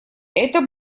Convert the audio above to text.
это